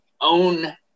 own